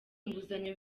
inguzanyo